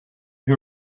who